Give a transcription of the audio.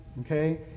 okay